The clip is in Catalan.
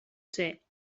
ser